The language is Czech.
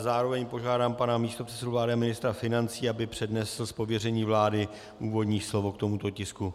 Zároveň požádám pana místopředsedu vlády a ministra financí, aby přednesl z pověření vlády úvodní slovo k tomuto tisku.